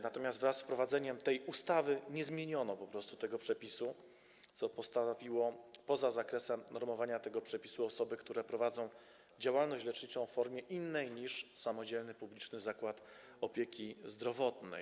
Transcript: Natomiast wraz z wprowadzeniem tej ustawy nie zmieniono tego przepisu, co postawiło poza zakresem normowania tego przepisu osoby, które prowadzą działalność leczniczą w formie innej niż samodzielny publiczny zakład opieki zdrowotnej.